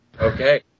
Okay